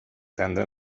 tendre